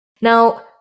now